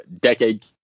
decade